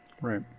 Right